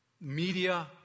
media